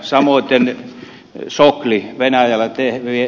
samoiten sokli